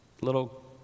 little